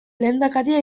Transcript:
lehendakaria